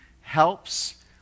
helps